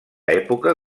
època